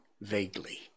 vaguely